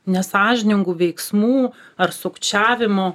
nesąžiningų veiksmų ar sukčiavimų